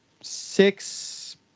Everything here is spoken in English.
six